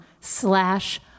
slash